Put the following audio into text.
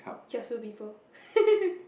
kaisu people